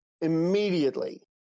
immediately